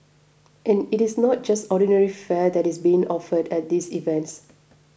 and it is not just ordinary fare that is being offered at these events